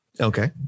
Okay